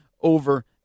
over